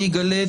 אני אגלה את